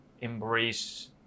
embrace